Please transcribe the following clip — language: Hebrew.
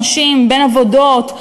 אנשים בין עבודות,